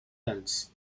ends